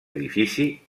edifici